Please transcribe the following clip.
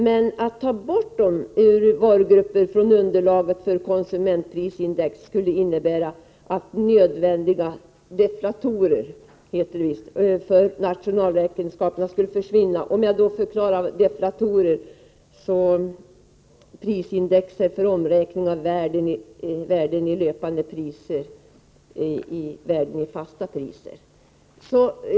Men att ta bort denna varugrupp från underlaget för konsumentprisindex skulle innebära att nödvändiga deflatorer för nationalräkenskaperna skulle försvinna. Med deflatorer menas prisindex med omräkning av värden i löpande priser till värden i fasta priser.